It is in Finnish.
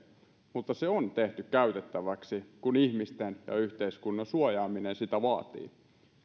mutta se on tehty käytettäväksi kun ihmisten ja yhteiskunnan suojaaminen sitä vaatii